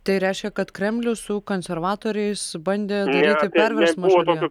tai reiškia kad kremlius su konservatoriais bandė daryti perversmą šalyje